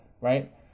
right